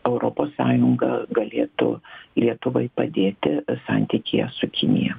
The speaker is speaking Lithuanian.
europos sąjunga galėtų lietuvai padėti santykyje su kinija